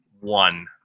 one